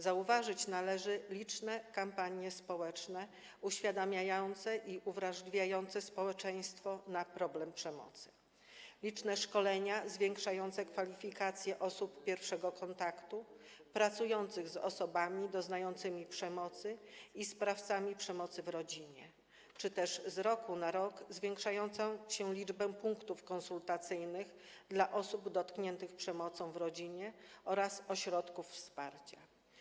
Zauważyć należy liczne kampanie społeczne uświadamiające i uwrażliwiające społeczeństwo na problem przemocy, liczne szkolenia zwiększające kwalifikacje osób pierwszego kontaktu pracujących z osobami doznającymi przemocy i ze sprawcami przemocy w rodzinie czy też z roku na rok zwiększającą się liczbę punktów konsultacyjnych dla osób dotkniętych przemocą w rodzinie oraz ośrodków wsparcia.